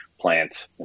plant